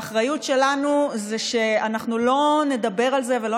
האחריות שלנו היא שאנחנו לא נדבר על זה ולא